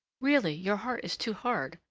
really, your heart is too hard,